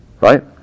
right